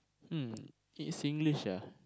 mm it's Singlish ah